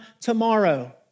tomorrow